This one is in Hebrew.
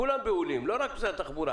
כולם בהולים, לא רק משרד התחבורה.